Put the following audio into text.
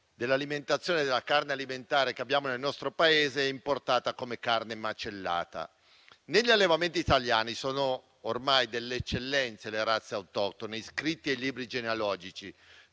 per cento della carne alimentare che abbiamo nel nostro Paese è importata come carne macellata. Negli allevamenti italiani sono ormai delle eccellenze le razze autoctone, iscritte nei libri genealogici.